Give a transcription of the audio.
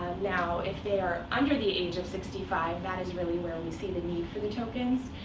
now, if they are under the age of sixty five, that is really where we see the need for the tokens.